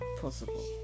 possible